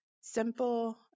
Simple